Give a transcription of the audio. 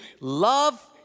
love